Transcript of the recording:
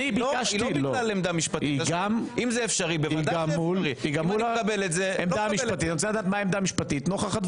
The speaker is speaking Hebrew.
אני אומר: אני הולך עם עמדת הייעוץ המשפטי כי זה המקום הנכון,